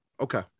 okay